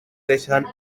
creixen